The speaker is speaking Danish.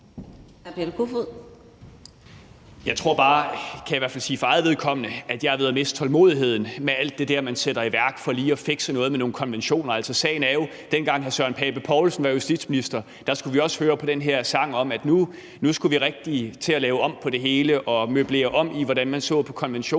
vedkommende, at jeg er ved at miste tålmodigheden med alt det der, man sætter i værk for lige at fikse noget med nogle konventioner. Altså, sagen er jo, at dengang hr. Søren Pape Poulsen var justitsminister, skulle vi også høre på den her sang om, at nu skulle vi rigtig til at lave om på det hele og møblere om i, hvordan man så på konventionerne,